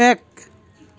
এক